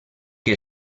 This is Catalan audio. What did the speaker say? que